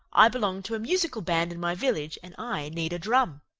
i belong to a musical band in my village and i need a drum.